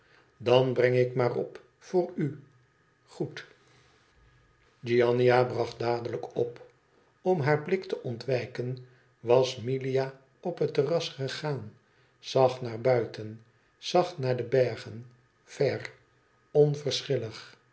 dan breng ik maar op voor u goed giannina bracht dadelijk op om haar blik te ontwijken was milia op het terras gegaan zag naar buiten zag naar de bergen ver